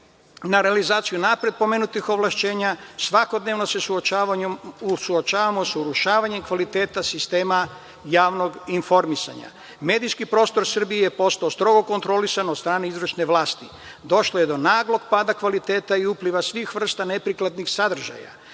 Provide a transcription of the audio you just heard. na realizaciju unapred pomenutih ovlašćenja, svakodnevno se suočavamo sa urušavanjem kvaliteta sistema javnog informisanja. Medijski prostor Srbije je postao strogo kontrolisan od strane izvršne vlasti. Došlo je do naglog pada kvaliteta i upliva svih vrsta neprikladnih sadržaja.